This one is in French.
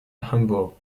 hambourg